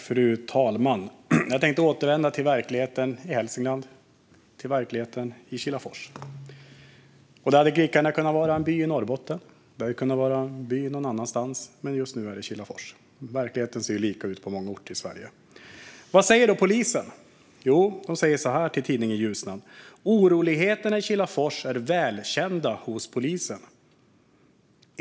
Fru talman! Jag tänkte återvända till verkligheten i Hälsingland - till verkligheten i Kilafors. Det hade lika gärna kunnat vara en by i Norrbotten eller någon annanstans, men just nu är det Kilafors. Verkligheten ser ju likadan ut på många orter i Sverige. Vad säger då polisen? De säger till tidningen Ljusnan att oroligheterna i Kilafors är välkända hos polisen.